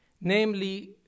namely